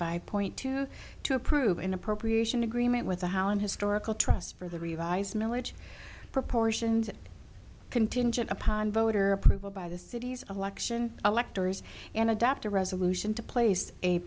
five point two to approve an appropriation agreement with the hauen historical trust for the revised milledge proportions contingent upon voter approval by the city's election electors and adopt a resolution to place a